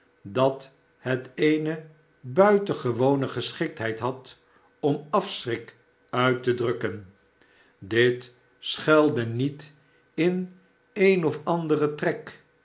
dat het eene buitengewone geschiktheid had om afschrik uit te drukken dit schuilde niet in een of anderen trek